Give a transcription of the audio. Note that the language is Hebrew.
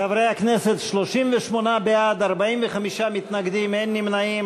חברי הכנסת, 38 בעד, 45 מתנגדים, אין נמנעים.